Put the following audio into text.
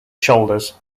shoulders